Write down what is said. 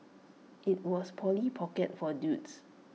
IT was Polly pocket for dudes